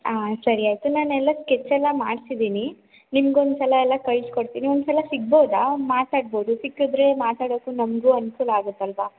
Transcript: ಆಂ ಸರಿ ಆಯಿತು ನಾನೆಲ್ಲ ಸ್ಕೆಚ್ ಎಲ್ಲ ಮಾಡಿಸಿದೀನಿ ನಿಮ್ಗೆ ಒಂದು ಸಲ ಎಲ್ಲ ಕಳ್ಸಿಕೊಡ್ತೀನಿ ಒಂದು ಸಲ ಸಿಗ್ಬೌದಾ ಮಾತಾಡ್ಬೌದು ಸಿಕ್ಕಿದ್ರೆ ಮಾತಾಡೋಕೂ ನಮಗೂ ಅನುಕೂಲ ಆಗುತ್ತಲ್ಲವ